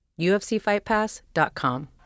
UFCFightPass.com